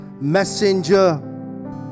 messenger